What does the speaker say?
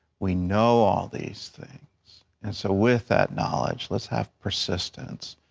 we know all these things. and so with that knowledge, let's have persistence,